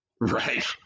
Right